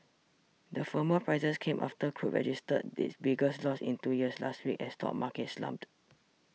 the firmer prices came after crude registered its biggest loss in two years last week as stock markets slumped